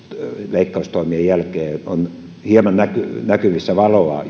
leikkaustoimien jälkeen on hieman näkyvissä valoa